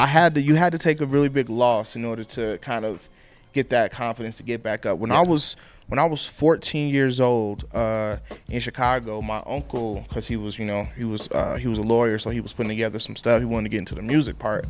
i had to you had to take a really big loss in order to kind of get that confidence to get back up when i was when i was fourteen years old in chicago my own cool because he was you know he was he was a lawyer so he was put together some study want to get into the music part